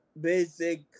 Basic